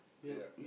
yeah